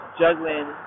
juggling